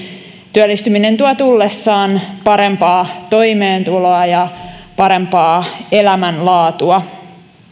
työllistyminen tuo tullessaan parempaa toimeentuloa ja parempaa elämänlaatua